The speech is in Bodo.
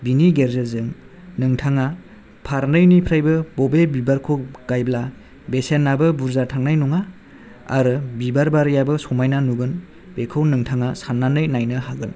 बिनि गेजेरजों नोंथाङा फारनैनिफ्रायबो बबे बिबारखौ गायोब्ला बेसेनाबो बुरजा थांनाय नङा आरो बिबार बारियाबो समायना नुगोन बेखौ नोंथाङा साननानै नायनो हागोन